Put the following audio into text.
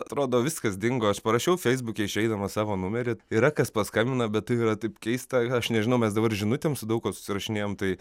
atrodo viskas dingo aš parašiau feisbuke išeidamas savo numerį yra kas paskambina bet tai yra taip keista aš nežinau mes dabar žinutėm su daug kuo susirašinėjam tai